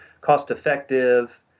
cost-effective